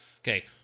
okay